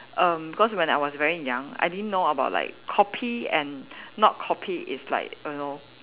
erm cause when I was very young I didn't know about like copy and not copy is like err know